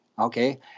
Okay